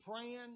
praying